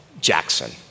Jackson